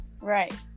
Right